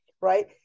right